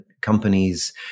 companies